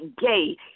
gay